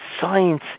science